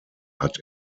hat